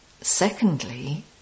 Secondly